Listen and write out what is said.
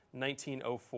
1904